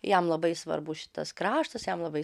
jam labai svarbu šitas kraštas jam labai